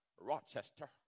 Rochester